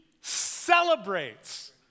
celebrates